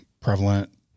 prevalent